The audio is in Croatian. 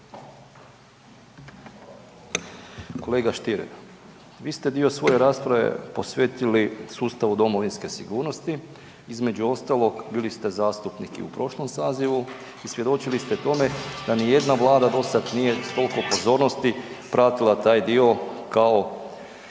Kolega Stier vi ste dio svoje rasprave posvetili sustavu domovinske sigurnosti, između ostalog bili ste zastupnik i u prošlom sazivu i svjedočili ste tome da niti jedna Vlada do sada nije s toliko pozornosti pratila taj dio kao